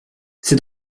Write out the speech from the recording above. c’est